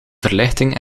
verlichting